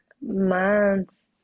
months